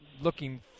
looking